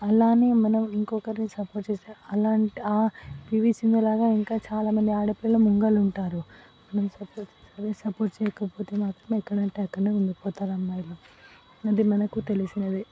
అలానే మనం ఇంకొకరిని సపోర్ట్ చేస్తే అలాంటి ఆ పివి సింధు లాగ ఇంకా చాలా మంది ఆడపిల్ల ముంగలుంటారు మనం సపోర్ట్ అదే సపోర్ట్ చెయ్యకపోతే మాత్రమే సపోర్ట్ చెయ్యకపోతే మాత్రం ఎక్కడనంటే అక్కడనే ఉండిపోతారు అమ్మాయిలు అది మనకు తెలిసినది